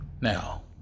Now